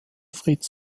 fritz